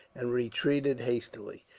and retreated hastily.